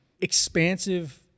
expansive